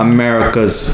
America's